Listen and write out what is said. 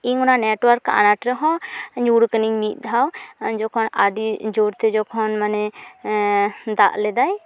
ᱤᱧ ᱚᱱᱟ ᱱᱮᱴᱳᱣᱟᱨᱠ ᱟᱱᱮᱴ ᱨᱮᱦᱚᱸ ᱧᱩᱨ ᱠᱟᱱᱤᱧ ᱢᱤᱫ ᱫᱷᱟᱣ ᱡᱚᱠᱷᱚᱱ ᱟᱹᱰᱤ ᱡᱳᱨᱛᱮ ᱡᱚᱠᱷᱚᱱ ᱢᱟᱱᱮ ᱫᱟᱜ ᱞᱮᱫᱟᱭ